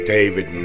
David